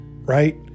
right